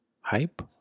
hype